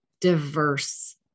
diverse